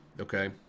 okay –